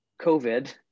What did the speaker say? COVID